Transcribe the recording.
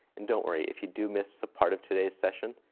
and don't worry. if you do miss a part of today's session,